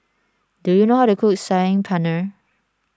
do you know how to cook Saag Paneer